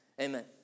Amen